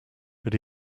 but